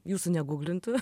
jūsų ne gūglintų